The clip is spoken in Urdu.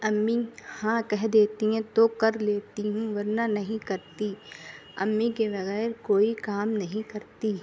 امی ہاں کہہ دیتی ہیں تو کر لیتی ہوں ورنہ نہیں کرتی امی کے بغیر کوئی کام نہیں کرتی